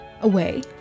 Away